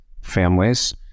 families